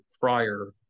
prior